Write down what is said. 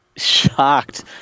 shocked